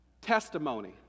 Testimony